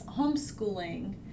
homeschooling